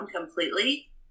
completely